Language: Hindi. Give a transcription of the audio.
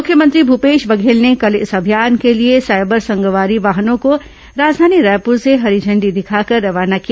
मुख्यमंत्री भूपेश बघेल ने कल इस अभियान के लिए साइबर संगवारी वाहनों को राजधानी रायपुर से हरी झण्डी दिखाकर रवाना किया